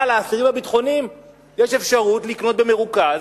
אבל לאסירים הביטחוניים יש אפשרות לקנות במרוכז,